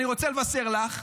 אני רוצה לבשר לך,